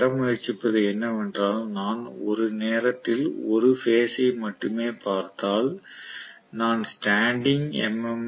நான் பெற முயற்சிப்பது என்னவென்றால் நான் ஒரு நேரத்தில் ஒரு பேஸ் ஐ மட்டுமே பார்த்தால் நான் ஸ்டாண்டிங் எம்